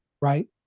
right